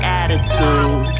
attitude